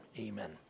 amen